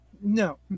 no